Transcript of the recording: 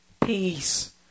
peace